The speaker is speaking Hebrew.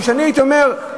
או שאני הייתי אומר,